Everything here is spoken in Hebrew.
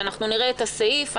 כשנראה את הסעיף,